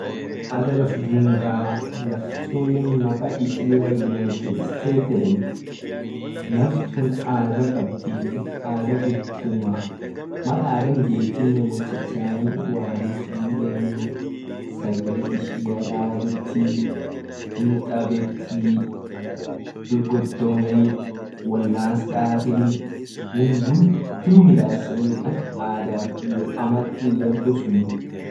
Adha laf dunga laf sunne makaishia united state yedeni laftun adha kabdii adha bultuma mal adha getine wot chachani wari fudeni sagale ishia dabeti hintabeti wolgodomeni wolans dateni won guda midasenii ak adhaf amal ishia.